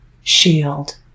shield